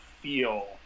feel